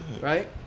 Right